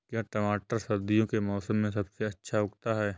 क्या टमाटर सर्दियों के मौसम में सबसे अच्छा उगता है?